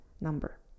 number